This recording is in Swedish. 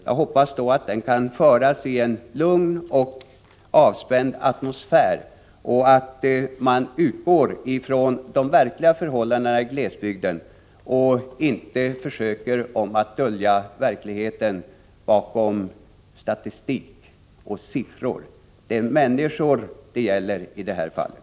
Jag hoppas att den då kan genomföras i en lugn och avspänd atmosfär och att man utgår från de verkliga förhållandena i glesbygden och inte försöker dölja verkligheten bakom statistik och siffror. Det är människor det gäller i det här fallet!